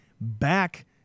back